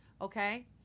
Okay